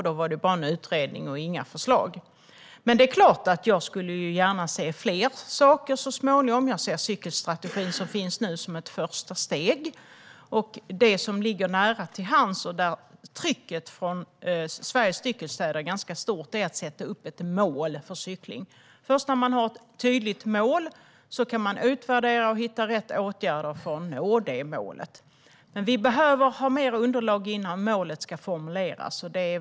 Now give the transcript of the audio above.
Då blev det bara en utredning och inga förslag. Det är klart att jag gärna skulle se fler saker så småningom. Jag ser cykelstrategin som ett första steg. Det som ligger nära till hands och där trycket från Sveriges cykelstäder är ganska stort är att sätta upp ett mål för cykling. Först när man har ett tydligt mål kan man utvärdera och hitta rätt åtgärder för att nå det målet. Vi behöver ha mer underlag innan målet ska formuleras.